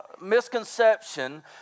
misconception